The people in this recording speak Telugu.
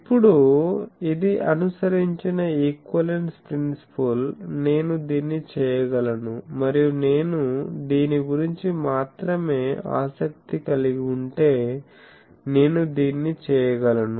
ఇప్పుడు ఇది అనుసరించిన ఈక్వివలెన్స్ ప్రిన్సిపుల్ నేను దీన్ని చేయగలను మరియు నేను దీని గురించి మాత్రమే ఆసక్తి కలిగి ఉంటే నేను దీన్ని చేయగలను